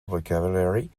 vocabulary